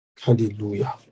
Hallelujah